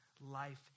Life